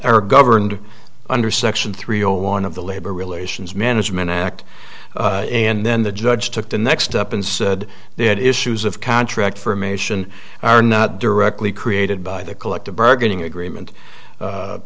e governed under section three zero one of the labor relations management act and then the judge took the next up and said they had issues of contract for mation are not directly created by the collective bargaining agreement